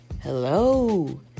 hello